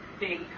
Big